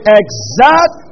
exact